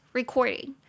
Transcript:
recording